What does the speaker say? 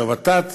ות"ת